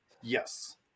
Yes